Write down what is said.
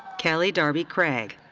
kellee darby craig.